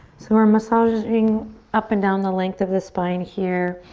so we're massaging up and down the length of the spine here.